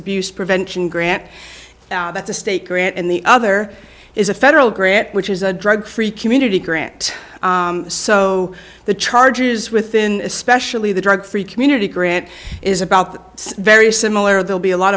abuse prevention grant that's a state grant and the other is a federal grant which is a drug free community grant so the charges within especially the drug free community grant is about very similar they'll be a lot